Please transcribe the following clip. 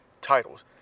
titles